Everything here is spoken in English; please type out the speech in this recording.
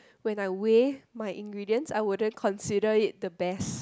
when I weigh my ingredient I wouldn't consider it the best